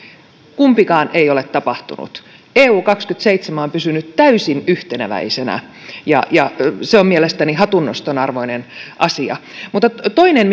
kumpikaan ei ole tapahtunut eu kaksikymmentäseitsemän on pysynyt täysin yhteneväisenä ja ja se on mielestäni hatunnoston arvoinen asia toinen